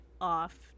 off